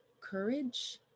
courage